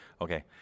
Okay